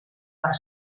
per